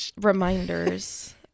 reminders